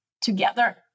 together